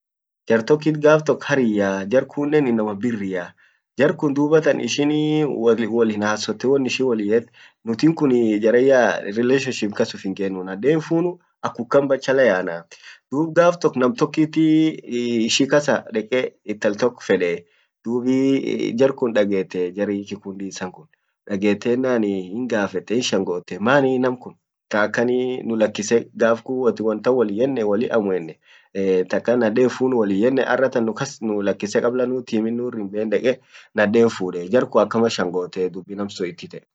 jar tokkit hariyya, jarkunnen inama birria jarkun dubattan ishinii wollin hassote won ishin wollin et nutin kun jaran yaa relationship kas iffin kennu naden hinfunu akkumkan bachelor yaana, dub gaf tok nam tokkitii ishikasa deke intal tok fede dub jarkun dagetee jar kikundi issan kun dagetennan hingafete hin shangotee mani namkun kaakan lunakisse gaf kun wontan wollin yenne wontan amuenne taka naden hinfunne wollin yenne arratan nukas nulakise kabla nuut hiimin nur himbein deke naden fudee jarkun akama shangotee ak nam sun it ite.